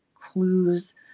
clues